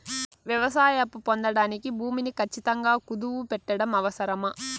వ్యవసాయ అప్పు పొందడానికి భూమిని ఖచ్చితంగా కుదువు పెట్టడం అవసరమా?